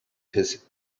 his